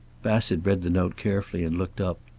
bassett read the note carefully, and looked up.